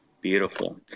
Beautiful